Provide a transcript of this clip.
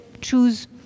choose